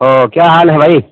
اوہ کیا حال ہے بھائی